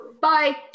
Bye